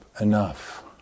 enough